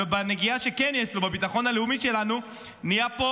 ובנגיעה שכן יש לו לביטחון הלאומי שלנו נהיה פה